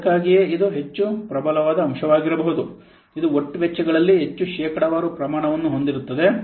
ಆದ್ದರಿಂದ ಅದಕ್ಕಾಗಿಯೇ ಇದು ಹೆಚ್ಚು ಪ್ರಬಲವಾದ ಅಂಶವಾಗಿರಬಹುದು ಇದು ಒಟ್ಟು ವೆಚ್ಚಗಳಲ್ಲಿ ಹೆಚ್ಚು ಶೇಕಡಾವಾರು ಪ್ರಮಾಣವನ್ನು ಹೊಂದಿರುತ್ತದೆ